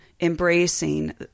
embracing